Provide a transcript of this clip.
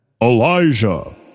Elijah